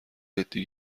جدی